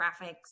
graphics